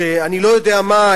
שאני לא יודע מה,